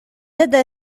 لدى